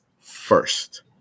first